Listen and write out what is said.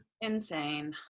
Insane